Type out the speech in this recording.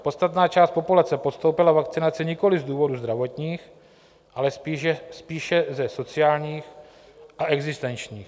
Podstatná část populace podstoupila vakcinaci nikoliv z důvodů zdravotních, ale spíše ze sociálních a existenčních.